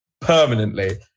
permanently